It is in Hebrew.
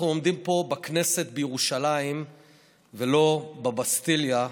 אנחנו עומדים פה בכנסת בירושלים ולא בבסטיליה בפריז,